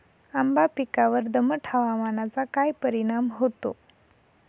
आंबा पिकावर दमट हवामानाचा काय परिणाम होतो?